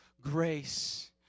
grace